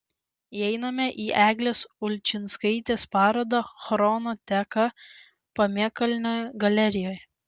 įeiname į eglės ulčickaitės parodą chrono teka pamėnkalnio galerijoje